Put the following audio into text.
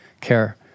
care